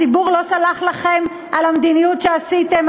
הציבור לא סלח לכם על המדיניות שנקטתם,